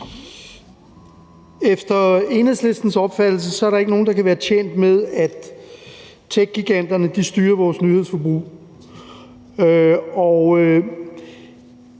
Efter Enhedslistens opfattelse er der ikke nogen, der kan være tjent med, at techgiganterne styrer vores nyhedsforbrug.